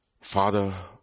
Father